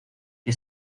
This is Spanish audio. que